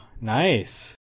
nice